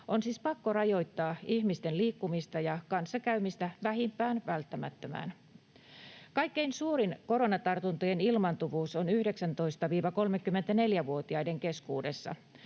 On siis pakko rajoittaa ihmisten liikkumista ja kanssakäymistä vähimpään välttämättömään. Kaikkein suurin koronatartuntojen ilmaantuvuus on 19—34-vuotiaiden keskuudessa.